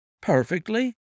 Perfectly